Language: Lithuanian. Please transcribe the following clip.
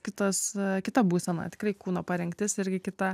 kitas kita būsena tikrai kūno parengtis irgi kita